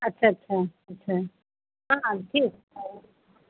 अच्छा फोन ठीक है हाँ हाँ ठीक